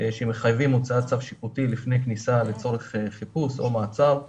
שמחייבים הוצאת צו שיפוטי לפני כניסה לצורך חיפוש או מעצר לבית,